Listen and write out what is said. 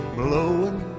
blowing